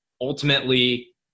ultimately